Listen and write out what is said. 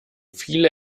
viele